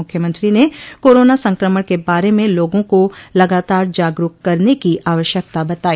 मुख्यमंत्री ने कोरोना संक्रमण के बारे में लोगों को लगातार जागरूक करने की आवश्यकता बताई